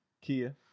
kia